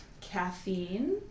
Caffeine